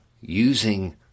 using